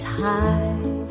high